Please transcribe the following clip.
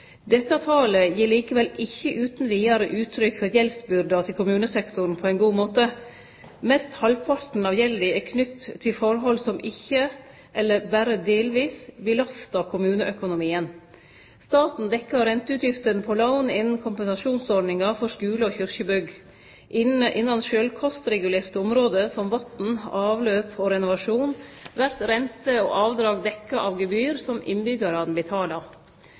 Dette talet gir likevel ikkje utan vidare uttrykk for gjeldsbyrda til kommunesektoren på ein god måte. Mest halvparten av gjelda er knytt til høve som ikkje, eller berre delvis, belastar kommuneøkonomien. Staten dekkjer renteutgiftene på lån innan kompensasjonsordningane for skule og kyrkjebygg. Innan sjølvkostregulerte område som vatn, avløp og renovasjon vert renter og avdrag dekte av gebyr som innbyggjarane